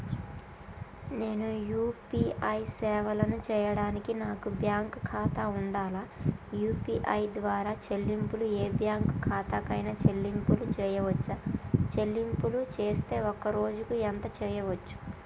నేను యూ.పీ.ఐ సేవలను చేయడానికి నాకు బ్యాంక్ ఖాతా ఉండాలా? యూ.పీ.ఐ ద్వారా చెల్లింపులు ఏ బ్యాంక్ ఖాతా కైనా చెల్లింపులు చేయవచ్చా? చెల్లింపులు చేస్తే ఒక్క రోజుకు ఎంత చేయవచ్చు?